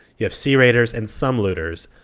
you have sea raiders and some looters.